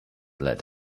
let